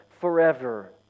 forever